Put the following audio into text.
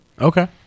Okay